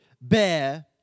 bear